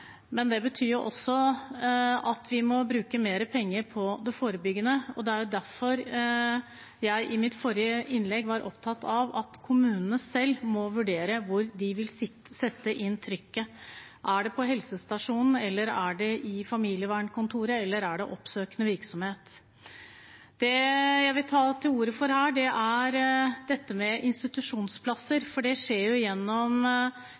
Men det betyr også at vi må bruke mer penger på det forebyggende, og det var derfor jeg i mitt forrige innlegg var opptatt av at kommunene selv må vurdere hvor de vil sette inn trykket – er det på helsestasjonen, er det på familievernkontoret, eller er det i oppsøkende virksomhet? Det jeg vil ta ordet for her, er dette med institusjonsplasser. Det skjer gjennom